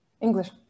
English